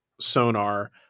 sonar